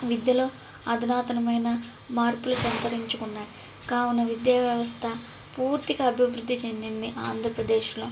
విద్యలో అదునాతనమైన మార్పులు సంచరించుకున్నాయి కావున విద్యా వ్యవస్థ పూర్తిగా అభివృద్ధి చెందింది ఆంధ్రప్రదేశ్లో